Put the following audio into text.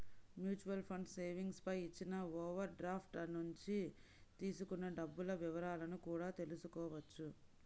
mutual funds savings పై ఇచ్చిన overdraft నుంచి తీసుకున్న డబ్బుల వివరాలను కూడా తెల్సుకోవచ్చు